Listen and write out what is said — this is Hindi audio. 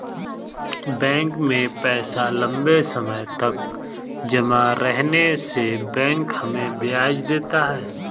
बैंक में पैसा लम्बे समय तक जमा रहने से बैंक हमें ब्याज देता है